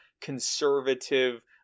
conservative